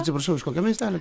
atsiprašau iš kokio miestelio